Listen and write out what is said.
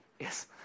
Yes